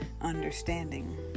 understanding